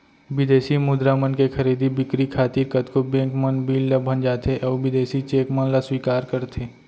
बिदेसी मुद्रा मन के खरीदी बिक्री खातिर कतको बेंक मन बिल ल भँजाथें अउ बिदेसी चेक मन ल स्वीकार करथे